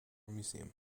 museum